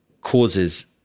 causes